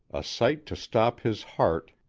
a sight to stop his heart,